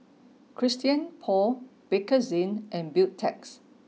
Christian Paul Bakerzin and Beautex